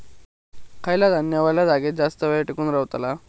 खयला धान्य वल्या जागेत जास्त येळ टिकान रवतला?